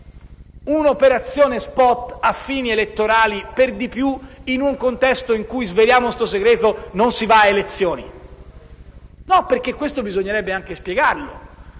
operazioni *spot* a fini elettorali, per di più in un contesto in cui, sveliamo questo segreto, non si va ad elezioni. Questo bisognerebbe anche spiegarlo: